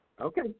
Okay